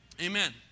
Amen